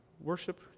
worship